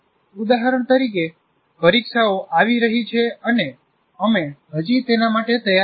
ઉદાહરણ તરીકે પરીક્ષાઓ આવી રહી છે અને અમે હજી તેના માટે તૈયાર નથી